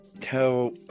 tell